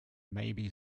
maybe